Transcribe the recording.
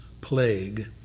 plague